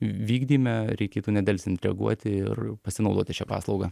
vykdyme reikėtų nedelsiant reaguoti ir pasinaudoti šia paslauga